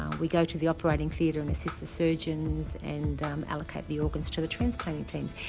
we go to the operating theatre and assist the surgeons and um allocate the organs to the transplant team.